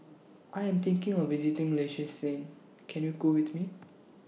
I Am thinking of visiting Liechtenstein Can YOU Go with Me